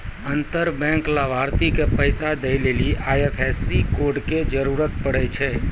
अंतर बैंक लाभार्थी के पैसा दै लेली आई.एफ.एस.सी कोड के जरूरत पड़ै छै